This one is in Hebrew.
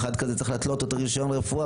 אחד כזה צריך להתלות לו את רישיון הרפואה